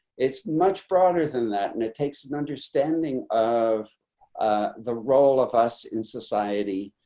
it's much broader than that. and it takes an understanding of the role of us in society.